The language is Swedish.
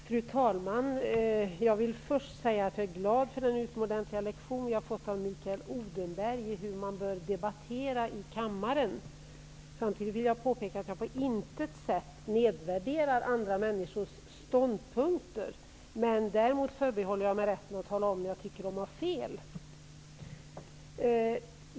Fru talman! Jag är glad för den utmärkta lektion vi har fått av Mikael Odenberg i hur man bör debattera i kammaren. Samtidigt vill jag påpeka att jag på intet sätt nedvärderar andra människors ståndpunkter. Däremot förbehåller jag mig rätten att tala om när jag tycker att de har fel.